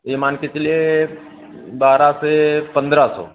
यह मानकर चलिए बारह से पंद्रह सौ